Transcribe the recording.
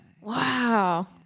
wow